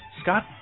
Scott